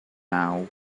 now